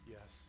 Yes